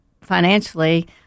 financially